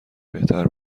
بهتر